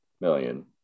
million